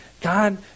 God